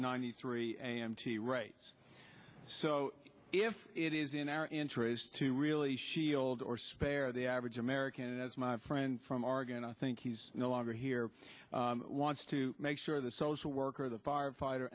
ninety three am to the right so if it is in our interest to really shield or spare the average american and as my friend from oregon i think he's no longer here wants to make sure the social worker the firefighter